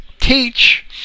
teach